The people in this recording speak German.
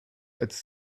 als